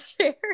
share